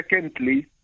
Secondly